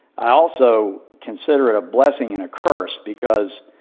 i also consider it a blessing and a curse because